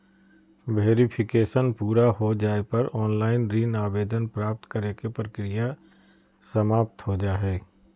verification पूरा हो जाय पर ऑनलाइन ऋण आवेदन प्राप्त करे के प्रक्रिया समाप्त हो जा हय